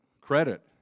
credit